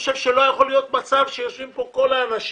לא יכול להיות מצב שיושבים כל האנשים,